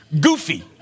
Goofy